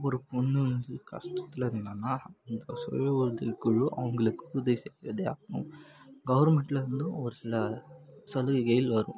ஒரு பொண்ணு வந்து கஷ்டத்துல இருந்தான்னால் இந்த சுய உதவிக் குழு அவங்களுக்கு உதவி செய்வதே ஆகும் கவுர்மெண்ட்லேருந்தும் ஒரு சில சலுகைகள் வரும்